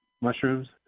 mushrooms